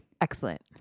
Excellent